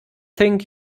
think